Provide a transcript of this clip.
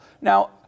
now